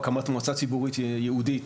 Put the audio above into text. או הקמת מועצה ציבורית ייעודית,